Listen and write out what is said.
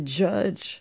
judge